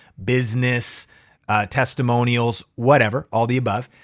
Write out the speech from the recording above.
business testimonials, whatever, all the above.